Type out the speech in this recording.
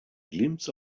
glimpse